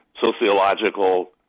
sociological